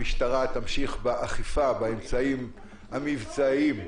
המשטרה תמשיך באכיפה באמצעים המבצעיים,